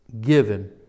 given